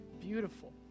beautiful